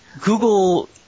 Google